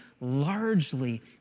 largely